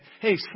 hey